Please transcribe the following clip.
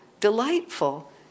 delightful